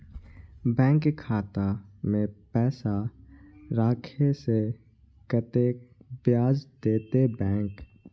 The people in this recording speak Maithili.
बैंक खाता में पैसा राखे से कतेक ब्याज देते बैंक?